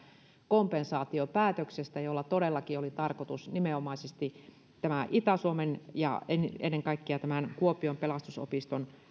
kompensaatiopäätöksestä jolla todellakin oli tarkoitus nimenomaisesti itä suomen ja ennen kaikkea kuopion pelastusopiston